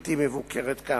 בלתי מבוקרת כאמור.